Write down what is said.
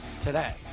today